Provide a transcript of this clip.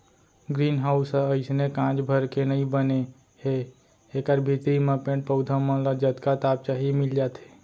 green house ह अइसने कांच भर के नइ बने हे एकर भीतरी म पेड़ पउधा मन ल जतका ताप चाही मिल जाथे